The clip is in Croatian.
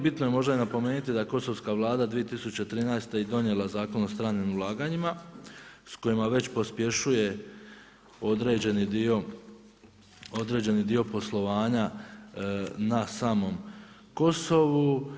Bitno je možda i napomenuti da je Kosovska vlada 2013 i donijela zakon o stranim ulaganjima s kojima već pospješuje određeni dio poslovanja na samom Kosovu.